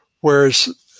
Whereas